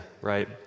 right